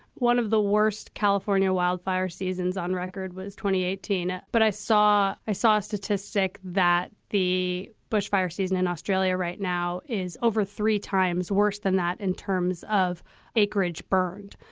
one of the worst california wildfire seasons on record was twenty eighteen. but i saw i saw a statistic that the bushfire season in australia right now is over three times worse than that in terms of acreage burned.